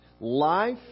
Life